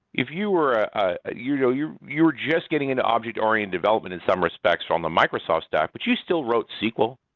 if you were ah ah you know you you were just getting into object-oriented development in some respects from the microsoft stack, but you still wrote sql.